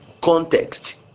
context